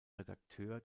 redakteur